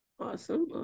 Awesome